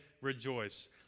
rejoice